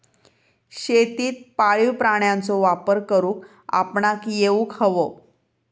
शेतीत पाळीव प्राण्यांचो वापर करुक आपणाक येउक हवो